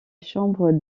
chambre